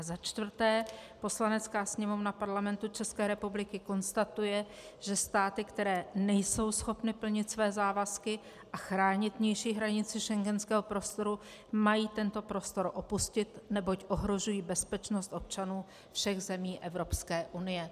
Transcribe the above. Za čtvrté: Poslanecká sněmovna Parlamentu České republiky konstatuje, že státy, které nejsou schopny plnit své závazky a chránit vnější hranici schengenského prostoru, mají tento prostor opustit, neboť ohrožují bezpečnost občanů všech zemí Evropské unie.